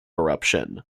eruption